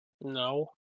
No